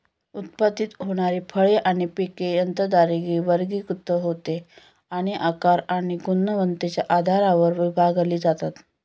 उत्पादित होणारी फळे आणि पिके यंत्राद्वारे वर्गीकृत होते आणि आकार आणि गुणवत्तेच्या आधारावर विभागली जातात